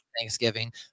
Thanksgiving